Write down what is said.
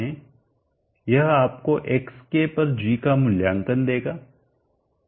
यह आपको xk पर g का मूल्यांकन देगा